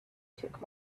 took